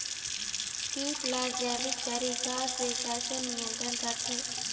कीट ला जैविक तरीका से कैसे नियंत्रण करथे?